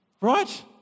right